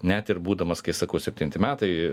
net ir būdamas kai sakau septinti metai